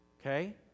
Okay